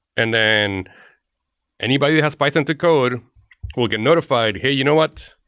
and then anybody that has python to cod will get notified, hey, you know what?